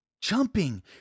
Jumping